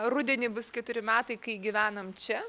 rudenį bus keturi metai kai gyvenam čia